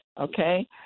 okay